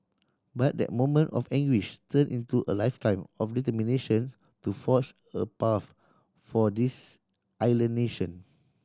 but that moment of anguish turned into a lifetime of determination to forge a path for this island nation